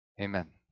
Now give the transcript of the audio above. Amen